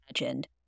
imagined